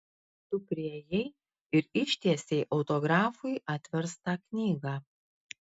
tu priėjai ir ištiesei autografui atverstą knygą